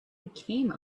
became